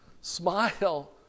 Smile